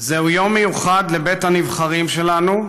"זהו יום מיוחד לבית הנבחרים שלנו,